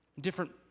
different